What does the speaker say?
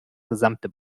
gesamte